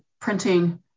printing